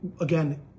again